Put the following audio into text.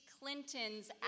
Clinton's